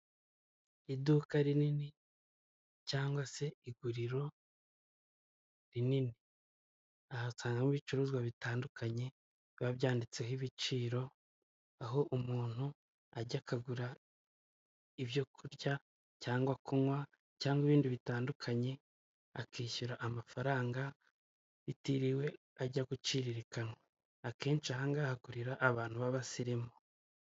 Isoko rifite ibicuruzwa bitandukanye by'imitako yakorewe mu Rwanda, harimo uduseke twinshi n'imitako yo mu ijosi, n'imitako yo kumanika mu nzu harimo n'ibibumbano bigiye bitandukanye n'udutebo.